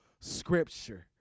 scripture